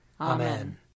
Amen